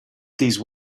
these